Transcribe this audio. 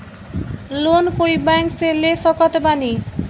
Loan कोई bank से ले सकत बानी?